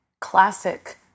classic